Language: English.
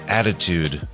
attitude